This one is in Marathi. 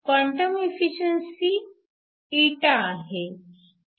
क्वांटम एफिशिअन्सी η आहे